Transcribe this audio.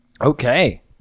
okay